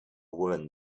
woman